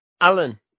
Alan